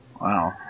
Wow